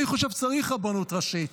אני חושב שצריך רבנות ראשית,